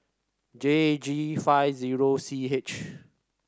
J G five zero C H